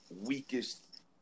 weakest